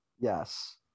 Yes